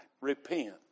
repent